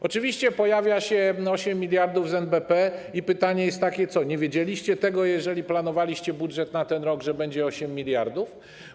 Oczywiście pojawia się 8 mld z NBP i pytanie jest takie: Nie wiedzieliście, jak planowaliście budżet na ten rok, że będzie 8 mld?